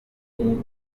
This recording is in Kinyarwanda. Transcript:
ubukombe